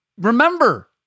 remember